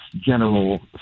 general